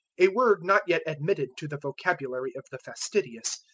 a word not yet admitted to the vocabulary of the fastidious,